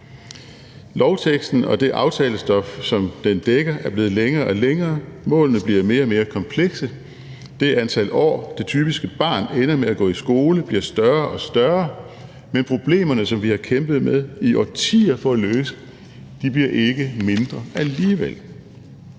Lovteksten og det aftalestof, som den dækker, er blevet længere og længere, målene bliver mere og mere komplekse, og det antal år, det typiske barn ender med at gå i skole, bliver højere og højere, men problemerne, som vi i årtier har kæmpet med at løse, bliver ikke mindre alligevel.